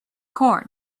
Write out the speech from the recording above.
corn